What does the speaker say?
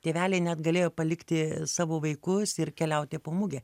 tėveliai net galėjo palikti savo vaikus ir keliauti po mugę